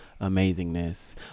amazingness